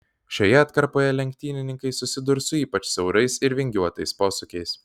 šioje atkarpoje lenktynininkai susidurs su ypač siaurais ir vingiuotais posūkiais